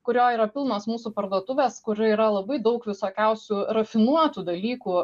kurio yra pilnos mūsų parduotuvės kur yra labai daug visokiausių rafinuotų dalykų